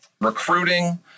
recruiting